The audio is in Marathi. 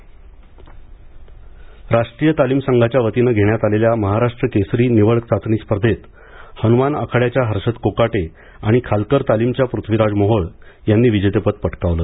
महाराष्ट्र केसरी निवड चाचणी राष्ट्रीय तालीम संघाच्या वतीने घेण्यात आलेल्या महाराष्ट्र केसरी निवड चाचणी स्पर्धेत हनुमान आखाड्याच्या हर्षद कोकाटे आणि खालकर तालीमच्या पृथ्वीराज मोहोळ यांनी विजेतेपद पटकावलं